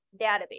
database